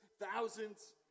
thousands